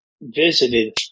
visited